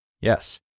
Yes